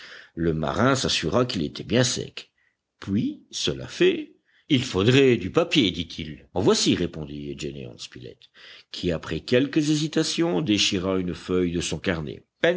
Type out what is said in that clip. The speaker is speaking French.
le marin s'assura qu'il était bien sec puis cela fait il faudrait du papier dit-il en voici répondit gédéon spilett qui après quelque hésitation déchira une feuille de son carnet